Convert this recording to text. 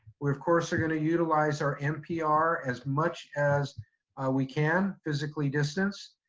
we of course are gonna utilize our mpr as much as we can physically distance.